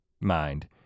mind